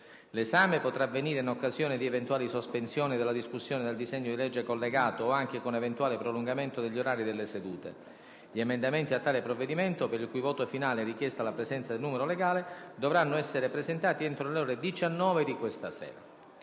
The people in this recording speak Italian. L'esame potrà avvenire in occasione di eventuali sospensioni della discussione del disegno di legge collegato o anche con eventuale prolungamento degli orari delle sedute. Gli emendamenti a tale provvedimento, per il cui voto finale è richiesta la presenza del numero legale, dovranno essere presentati entro le ore 19 di questa sera.